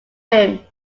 him